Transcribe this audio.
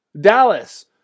Dallas